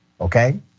okay